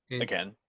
Again